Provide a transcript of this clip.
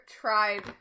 tried